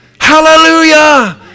Hallelujah